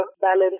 balance